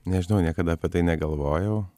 nežinau niekada apie tai negalvojau